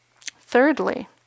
Thirdly